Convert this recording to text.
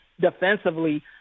Defensively